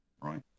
right